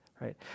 right